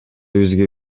бизге